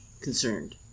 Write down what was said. concerned